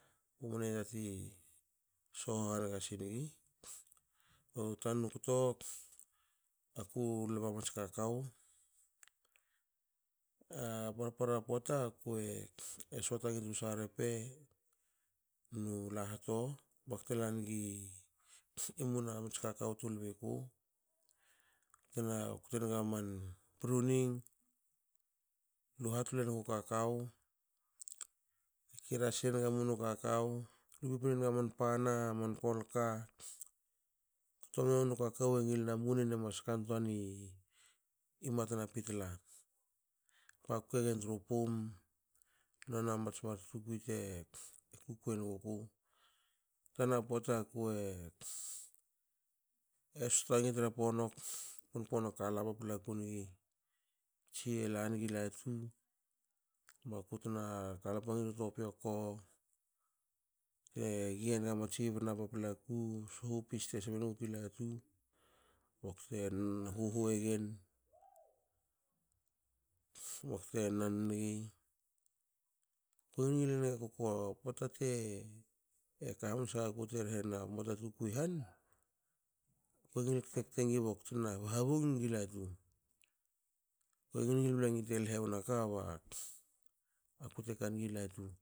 Kumne yati sho haniga singi u tanu kto aku lba mats kakao. A parpara poata kue soata nigi tru sarepe nu lahto bakte lanigi muna mats kakao tu lbiku btna ktenga mats pruning luhatle nugu kakao kirasinenga munu kakao, kulpu pinenga man pana man kolka. ktomnu kakao engilna munen emas kantuani matna pitla pakkegen tru pum nona mats mar tukui te kukui enuguku, tana pota kue stangi tra ponok pon ponok kala paplaku nigi tsie langi latu bakutna kalpa nigi tru topioko te gi enga mats bna paplaku shu pis te sbengukulatu bakte hahue gen bakte nan nigi. Ko ngilngil enga kuko kui ki han kongil ktekte nig baktna habong ngi latu. Ko ngil ngil blengi te lhe wna ka ba kute kaningi latu